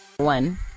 One